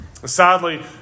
Sadly